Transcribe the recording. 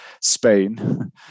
spain